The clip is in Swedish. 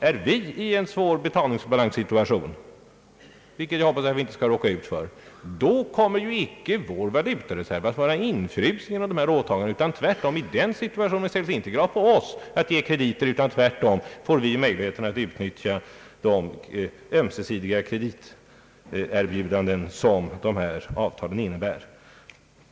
Är vi i en svår betalningsbalanssituation — vilket jag hoppas att vi inte skall råka ut för — kommer ju icke vår valutareserv att vara infrusen genom dessa åtaganden. I den situationen ställs det inte krav på att vi skall ge krediter, utan vi får tvärtom möjligheter att utnyttja de ömsesidiga krediterbjudanden som dessa avtal innebär.